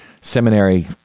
seminary